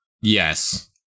Yes